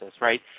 right